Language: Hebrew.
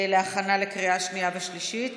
חוק ומשפט להכנה לקריאה שנייה ושלישית.